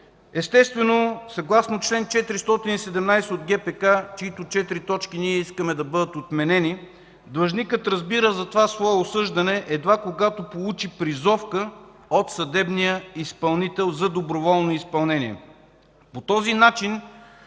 норми. Съгласно чл. 417 от ГПК, чиито четири точки ние искаме да бъдат отменени, длъжникът разбира за това свое осъждане едва когато получи призовка от съдебния изпълнител за доброволно изпълнение.